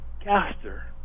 caster